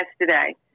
yesterday